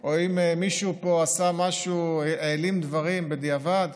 או אם מישהו פה העלים דברים בדיעבד,